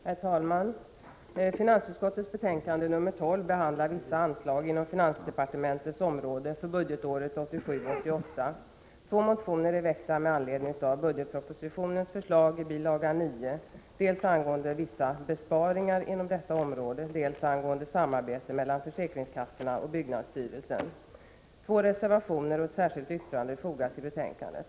Herr talman! I finansutskottets betänkande nr 12 behandlas vissa anslag inom finansdepartementets område för budgetåret 1987/88. Två motioner är väckta med anledning av budgetpropositionens förslag i bil. 9 angående dels vissa besparingar inom detta område, dels samarbetet mellan försäkringskassorna och byggnadsstyrelsen. Två reservationer och ett särskilt yttrande är fogade till betänkandet.